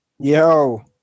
Yo